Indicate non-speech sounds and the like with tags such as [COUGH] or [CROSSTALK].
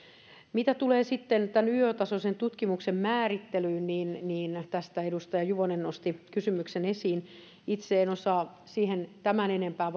mitä tulee sitten tämän yo tasoisen tutkimuksen määrittelyyn tästä edustaja juvonen nosti kysymyksen esiin itse en osaa tämän enempää [UNINTELLIGIBLE]